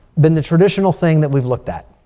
been the traditional thing that we've looked at.